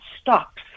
stops